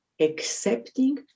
accepting